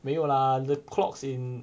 没有 lah the clocks in